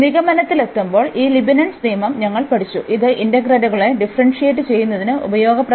നിഗമനത്തിലെത്തുമ്പോൾ ഈ ലീബ്നിറ്റ്സ് നിയമം ഞങ്ങൾ പഠിച്ചു ഇത് ഇന്റഗ്രലുകളെ ഡിഫറെന്സിയേറ്റ് ചെയ്യുന്നതിന് ഉപയോഗപ്രദമാണ്